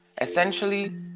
Essentially